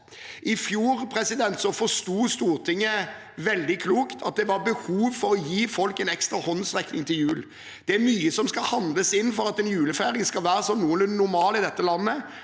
I fjor forsto Stortinget – veldig klokt – at det var behov for å gi folk en ekstra håndsrekning til jul. Det er mye som skal handles inn for at en julefeiring skal være noenlunde normal i dette landet: